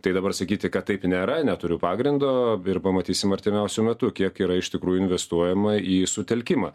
tai dabar sakyti kad taip nėra neturiu pagrindo ir pamatysim artimiausiu metu kiek yra iš tikrųjų investuojama į sutelkimą